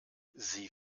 sie